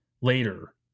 later